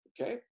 okay